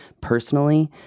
personally